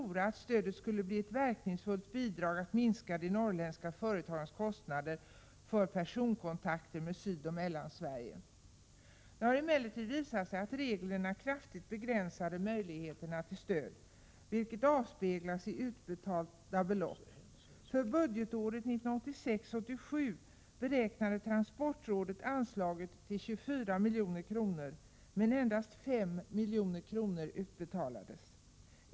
Man trodde att stödet skulle bli ett verkningsfullt bidrag — Prot. 1987 87 beräknade transportrådet anslaget till 24 milj.kr., men endast 5 milj.kr. utbetalades.